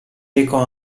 recò